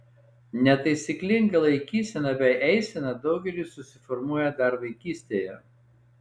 netaisyklinga laikysena bei eisena daugeliui susiformuoja dar vaikystėje